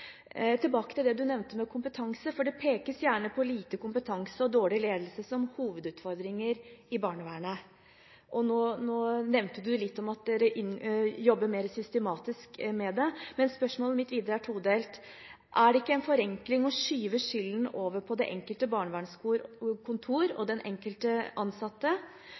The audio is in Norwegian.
tilbake til det statsråden nevnte om kompetanse. Det pekes gjerne på lite kompetanse og dårlig ledelse som hovedutfordringer i barnevernet. Statsråden nevnte litt om at man nå jobber mer systematisk med det. Spørsmålet mitt videre er todelt: Er det ikke en forenkling å skyve skylden over på det enkelte barnevernskontor og den enkelte ansatte?